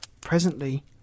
Presently